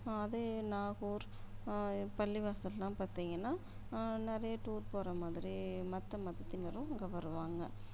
அதே நாகூர் பள்ளிவாசல்லாம் பார்த்தீங்கன்னா நிறைய டூர் போகற மாதிரி மற்ற மதத்தினரும் அங்கே வருவாங்க